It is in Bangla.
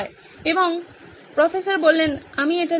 প্রফেসর আমি এটা লিখবো